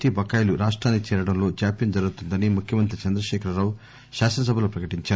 T బకాయిలు రాష్టానికి చేరడంలో జాప్యం జరుగుతోందని ముఖ్యమంత్రి చంద్రశేఖర రావు శాసన సభలో ప్రకటించారు